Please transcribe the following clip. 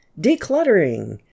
decluttering